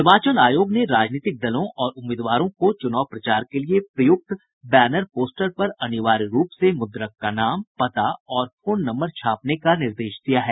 निर्वाचन आयोग ने राजनीतिक दलों और उम्मीदवारों को चुनाव प्रचार के लिए प्रयुक्त बैनर पोस्टर पर अनिवार्य रूप से मुद्रक का नाम पता और फोन नम्बर छापने का निर्देश दिया है